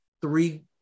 three